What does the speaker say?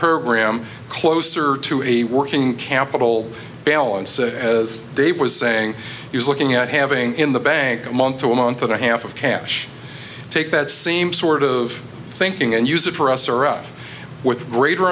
per gram closer to a working capital balance as dave was saying he was looking at having in the bank a month to a month and a half of cash take that same sort of thinking and use it for us or up with greater